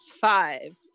five